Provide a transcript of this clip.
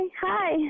hi